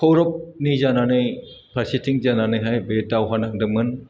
कौरबनि जानानै फार्सेथिं जानानैहाय बे दावहा नांदोंमोन